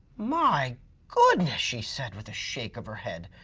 my goodness, she said with a shake of her head.